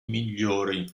migliori